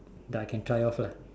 that I can try of lah